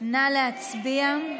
נא להצביע.